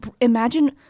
imagine